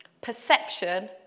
perception